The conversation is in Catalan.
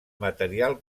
material